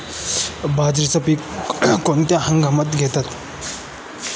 बाजरीचे पीक कोणत्या हंगामात घेतात?